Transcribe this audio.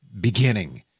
beginning